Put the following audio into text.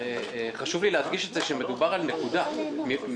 חשוב לי להדגיש שמדובר על נקודת זמן,